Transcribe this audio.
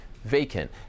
vacant